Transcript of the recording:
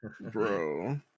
bro